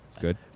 good